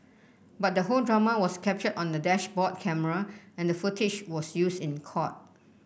but the whole drama was captured on a dashboard camera and the footage was used in court